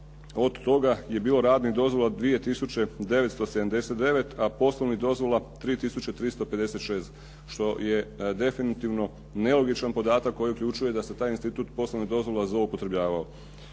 Od toga je bilo radnih dozvola 2 tisuće 979 a poslovnih dozvola 3 tisuće 356 što je definitivno nelogičan podatak koji uključuje da se taj institut poslovnih dozvola zloupotrebljavao.